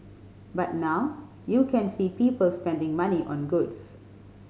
but now you can see people spending money on goods